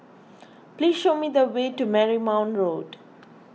please show me the way to Marymount Road